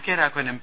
K Raghavan M